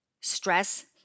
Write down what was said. Stress